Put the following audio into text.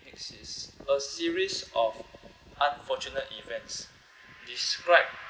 this is a series of unfortunate events describe